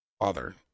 father